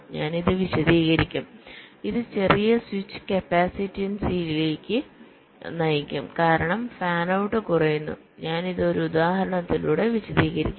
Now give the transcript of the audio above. ഞാൻ ഇത് വിശദീകരിക്കും ഇത് ചെറിയ സ്വിച്ച് കപ്പാസിറ്റൻസിലേക്ക് നയിക്കും കാരണം ഫാൻ ഔട്ട് കുറയുന്നു ഞാൻ ഇത് ഒരു ഉദാഹരണത്തിലൂടെ വിശദീകരിക്കാം